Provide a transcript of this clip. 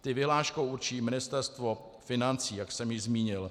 Ty vyhláškou určí Ministerstvo financí, jak jsem již zmínil.